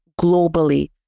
globally